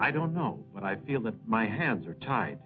i don't know what i feel that my hands are tied